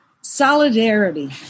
solidarity